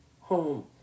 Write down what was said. home